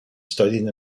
studied